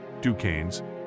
Duquesnes